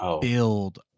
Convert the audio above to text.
build